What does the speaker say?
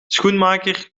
schoenmaker